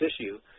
issue